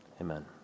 amen